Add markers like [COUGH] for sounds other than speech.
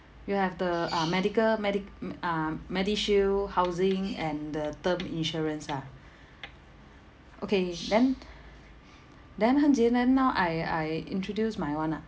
you'll have the uh medical medic~ m~ uh medishield housing and the term insurance ah okay then [BREATH] then hen jie then now I I introduce my [one] ah